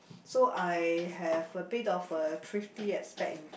so I have a bit of a thrifty aspect in